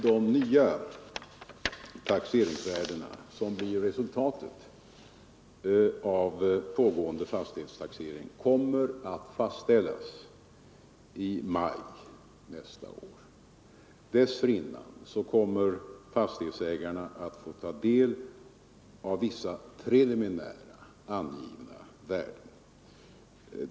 De nya taxeringsvärden som blir resultatet av pågående fastighetstaxering kommer att fastställas i maj nästa år. Dessförinnan kommer fastighetsägarna att få ta del av vissa preliminärt angivna värden.